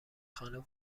خانه